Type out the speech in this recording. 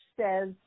says